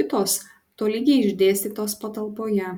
kitos tolygiai išdėstytos patalpoje